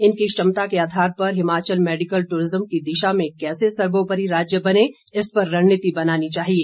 इनकी क्षमता के आधार हिमाचल मेडिकल दूरिज्म की दिशा में कैसे सर्वोपरि राज्य बने इस पर रणनीति बनानी चाहिए